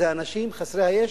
זה האנשים חסרי הישע,